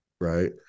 right